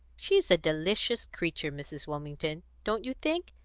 she's a delicious creature, mrs. wilmington don't you think?